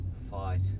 fight